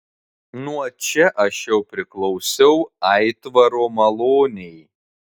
nuo čia aš jau priklausiau aitvaro malonei